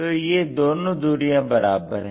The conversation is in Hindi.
तो ये दोनों दूरियां बराबर है